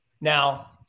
now